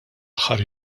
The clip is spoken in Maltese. aħħar